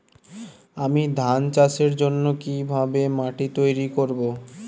আমি ধান চাষের জন্য কি ভাবে মাটি তৈরী করব?